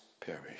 perish